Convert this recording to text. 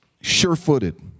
sure-footed